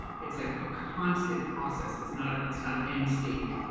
it's like a constant process. it's not it's not an end state.